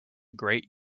great